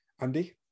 Andy